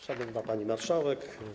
Szanowna Pani Marszałek!